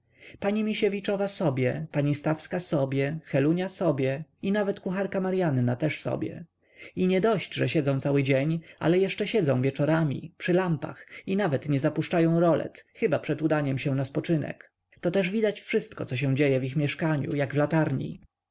pani misiewiczowa sobie pani stawska sobie helunia sobie i nawet kucharka maryanna też sobie i niedość że siedzą cały dzień ale jeszcze siedzą wieczorami przy lampach i nawet nie zapuszczają rolet chyba przed udaniem się na spoczynek to też widać wszystko co się dzieje w ich mieszkaniu jak w latarni